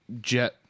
jet